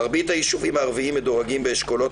מרבית הישובים הערביים מדורגים באשכולות